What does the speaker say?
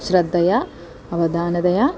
श्रद्धया अवधानतया